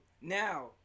Now